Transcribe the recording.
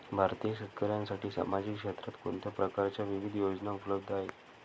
भारतीय शेतकऱ्यांसाठी सामाजिक क्षेत्रात कोणत्या प्रकारच्या विविध योजना उपलब्ध आहेत?